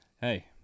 Hey